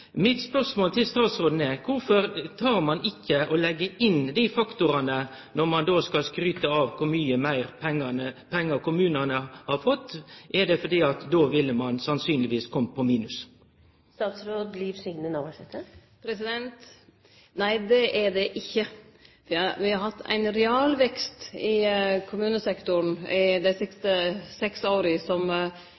Mitt spørsmål til statsråden er: Kvifor legg ein ikkje inn dei faktorane når ein skal skryte av kor mykje meir pengar kommunane har fått? Er det fordi ein då sannsynlegvis ville hamne på minus? Nei, det er det ikkje. Me har hatt ein realvekst i kommunesektoren dei